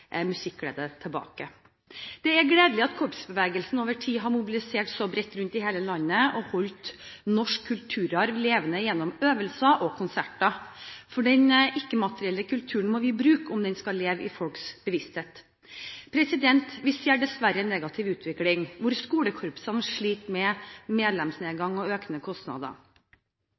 musikkglede tilbake. Det er gledelig at korpsbevegelsen over tid har mobilisert så bredt rundt i hele landet og holdt norsk kulturarv levende gjennom øvelser og konserter, for den ikke-materielle kulturen må vi bruke, om den skal leve i folks bevissthet. Vi ser dessverre en negativ utvikling, der skolekorpsene sliter med medlemsnedgang og økende kostnader.